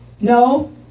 No